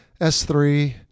S-3